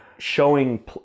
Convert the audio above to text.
showing